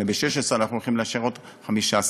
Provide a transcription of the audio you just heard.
וב-16' אנחנו הולכים לאשר עוד 15,000,